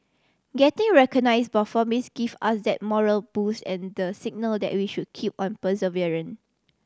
getting recognise by Forbes give us that morale boost and the signal that we should keep on